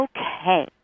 Okay